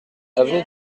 avenue